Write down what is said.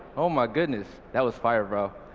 oh my goodness that was fire bro.